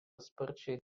sparčiai